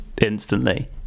instantly